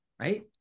right